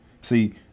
See